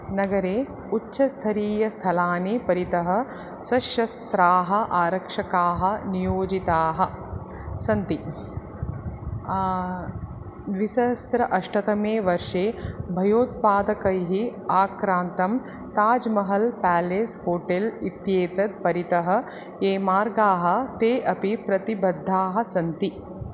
नगरे उच्चस्तरीयस्थलानि परितः सशस्त्राः आरक्षकाः नियोजिताः सन्ति द्विसहस्र अष्टतमे वर्षे भयोत्पादकैः आक्रान्तं ताज् महल् पेलेस् होटेल् इत्येतत् परितः ये मार्गाः ते अपि प्रतिबद्धाः सन्ति